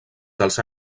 dels